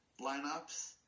lineups